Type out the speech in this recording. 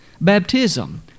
Baptism